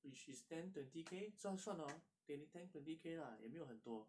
which is ten twenty K 这样算 hor 给你 ten twenty K lah 也没有很多